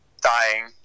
dying